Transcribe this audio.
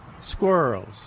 Squirrels